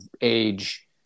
age